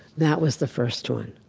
that was the first one.